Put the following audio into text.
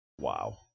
wow